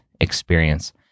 experience